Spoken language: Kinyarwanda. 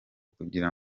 kugira